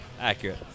Accurate